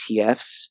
ETFs